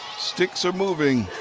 sticks are moving.